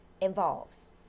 involves